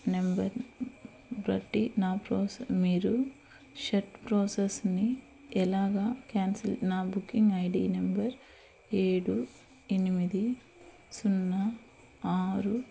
number బట్టి నా ప్రాసెస్ని మీరు షర్ట్ ప్రాసెస్ని ఎలాగ క్యాన్సిల్ నా బుకింగ్ ఐడి నెంబర్ ఏడు ఎనిమిది సున్నా ఆరు